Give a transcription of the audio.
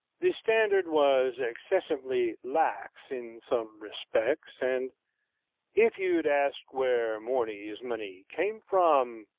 the standard was excessively lax in some respects and if you'd asked where morny's money came from!